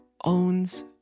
owns